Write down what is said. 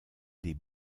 des